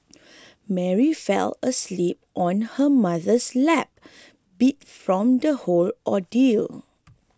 Mary fell asleep on her mother's lap beat from the whole ordeal